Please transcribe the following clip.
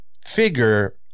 Figure